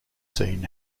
scene